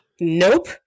nope